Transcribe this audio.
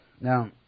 Now